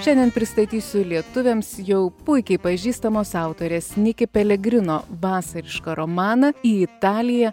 šiandien pristatysiu lietuviams jau puikiai pažįstamos autorės niki pelegrino vasarišką romaną į italiją